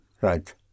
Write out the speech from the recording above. Right